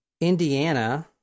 Indiana